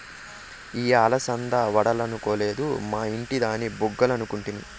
ఇయ్యి అలసంద వడలనుకొలేదు, మా ఇంటి దాని బుగ్గలనుకుంటిని